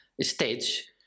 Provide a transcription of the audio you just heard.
stage